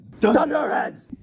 Thunderheads